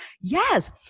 Yes